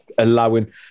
Allowing